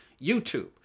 YouTube